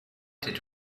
did